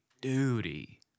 duty